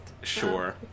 Sure